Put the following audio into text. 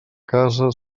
casa